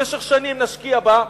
במשך שנים נשקיע בה,